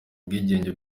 ubwigenge